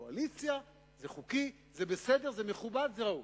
קואליציה, וזה חוקי, זה בסדר וזה מכובד, וזהו.